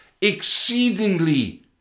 exceedingly